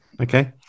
Okay